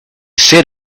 sit